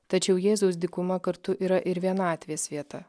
tačiau jėzus dykumą kartu yra ir vienatvės vieta